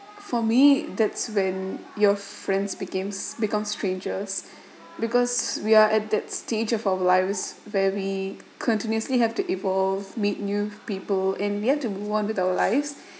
for me that's when your friends became become strangers because we're at that stage of our lives where we continuously have to evolve meet new people and began to move on with our lives